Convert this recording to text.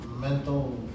mental